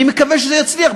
אני מקווה שזה יצליח,